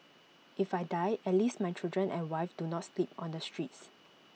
if I die at least my children and wife do not sleep on the streets